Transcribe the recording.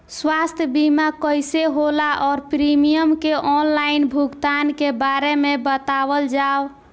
स्वास्थ्य बीमा कइसे होला और प्रीमियम के आनलाइन भुगतान के बारे में बतावल जाव?